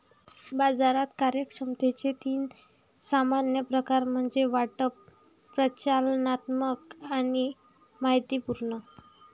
बाजार कार्यक्षमतेचे तीन सामान्य प्रकार म्हणजे वाटप, प्रचालनात्मक आणि माहितीपूर्ण